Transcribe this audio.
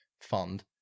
fund